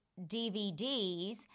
DVDs